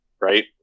right